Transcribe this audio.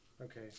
Okay